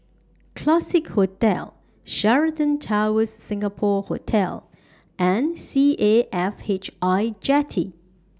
Classique Hotel Sheraton Towers Singapore Hotel and C A F H I Jetty